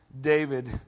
David